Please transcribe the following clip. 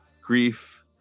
grief